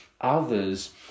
others